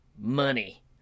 money